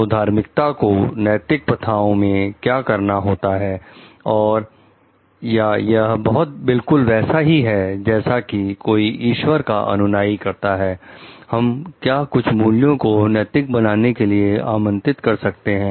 तो धार्मिकता को नैतिक प्रथाओं मे क्या करना होता है और या यह बिल्कुल वैसा ही है जैसा कि कोई ईश्वर का अनुयाई करता है हम क्या कुछ मूल्यों को नैतिक बनने के लिए आमंत्रित कर सकते हैं